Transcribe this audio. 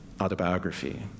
autobiography